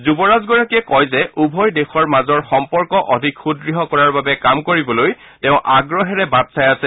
যুৱৰাজগৰাকীয়ে কয় যে উভয় দেশৰ মাজৰ সম্পৰ্ক অধিক সুদ্য় কৰাৰ বাবে কাম কৰিবলৈ তেওঁ আগ্ৰহেৰে বাট চাই আছে